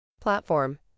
Platform